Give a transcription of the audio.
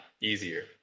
easier